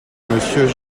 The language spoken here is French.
monsieur